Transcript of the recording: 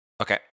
Okay